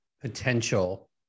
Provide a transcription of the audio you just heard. potential